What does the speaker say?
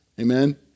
Amen